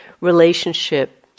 relationship